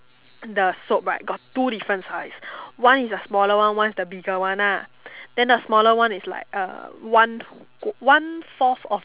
the soap right got two different size one is the smaller one one is the bigger one ah then the small one is like uh one one fourth of